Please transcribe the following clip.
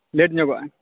late ᱧᱚᱜᱚᱜᱼᱟ